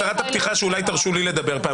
בהצהרת הפתיחה, אולי תרשו לי לדבר פעם.